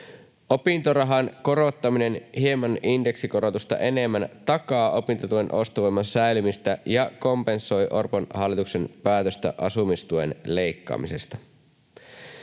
Opintorahan korottaminen hieman indeksikorotusta enemmän takaa opintotuen ostovoiman säilymistä ja kompensoi Orpon hallituksen päätöstä asumistuen leikkaamisesta.